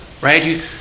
right